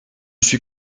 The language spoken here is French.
suis